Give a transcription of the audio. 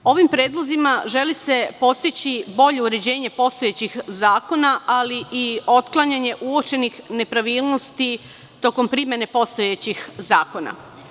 Ovim predlozima želi se postići bolje uređenje postojećih zakona, ali i otklanjanje uočenih nepravilnosti tokom primene postojećih zakona.